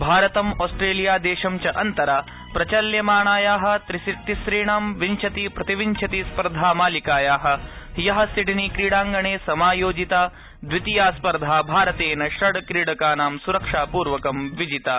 भारतम् ऑस्ट्रेलिया देश च अन्तरा प्रचाल्यमाणाया तिसुणां विशति प्रतिविंशति स्पर्धामालिकाया ह्य सिडनी क्रीडांगणे समायोजिता द्वितीया स्पर्धा भारतेन षड् क्रीडकानां सुरक्षापूर्वकं विजिता